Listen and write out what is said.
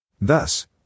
Thus